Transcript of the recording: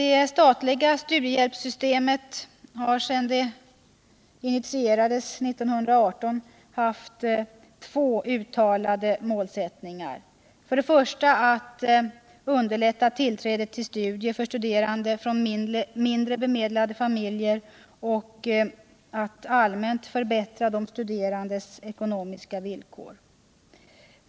Det statliga studiehjälpssystemet har sedan det initierades 1918 haft två uttalade målsättningar, att underlätta tillträdet till studier för studerande från mindre bemedlade familjer och att allmänt förbättra de studerandes ekonomiska villkor.